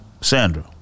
Sandra